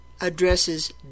addresses